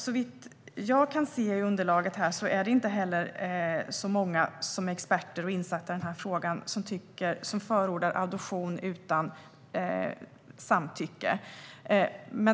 Såvitt jag kan se i underlaget är det inte heller så många som är experter och insatta i frågan som förordar adoption utan samtycke.